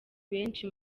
benshi